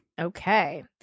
Okay